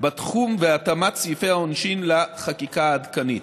בתחום והתאמת סעיפי העונשין לחקיקה העדכנית.